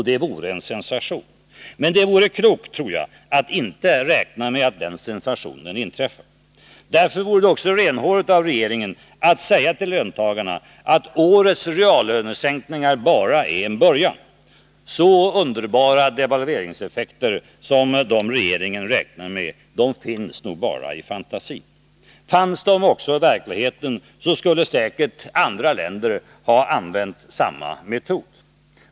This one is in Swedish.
Det vore en sensation. Det är klokt, tror jag, att inte räkna med att den sensationen inträffar. Därför vore det renhårigt av regeringen att säga till löntagarna att årets reallönesänkningar bara är en början. Så underbara devalveringseffekter som dem regeringen räknar med finns nog bara i fantasin. Fanns de också i verkligheten skulle säkert andra länder ha använt samma metod.